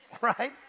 right